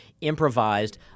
improvised